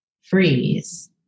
freeze